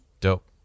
Dope